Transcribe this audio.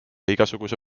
igasuguse